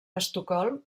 estocolm